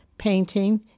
painting